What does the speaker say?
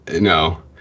No